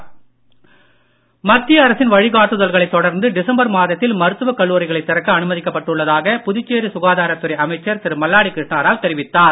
மல்லாடி கிருஷ்ணாராவ் மத்திய அரசின் வழிகாட்டுதல்களை தொடர்ந்து டிசம்பர் மாதத்தில் மருத்துவ கல்லூரிகளை திறக்க அனுமதிக்கப்பட்டுள்ளதாக புதுச்சேரி சுகாதாரத்துறை அமைச்சர் திரு மல்லாடி கிருஷ்ணாராவ் தெரிவித்தார்